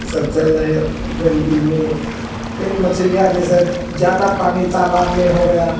सब चल रहे गरीबी में फिर मछलियाँ जैसे ज़्यादा पानी तालाब में हो गया